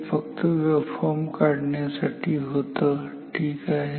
हे फक्त वेव्हफॉर्म काढण्यासाठी होतं ठीक आहे